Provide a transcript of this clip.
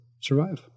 survive